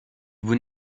vous